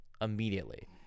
immediately